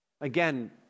Again